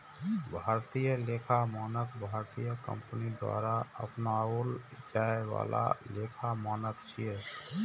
भारतीय लेखा मानक भारतीय कंपनी द्वारा अपनाओल जाए बला लेखा मानक छियै